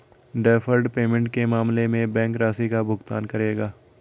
deferred payment के मामले में बैंक राशि का भुगतान करेगा